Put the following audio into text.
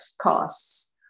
costs